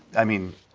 i mean,